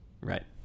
Right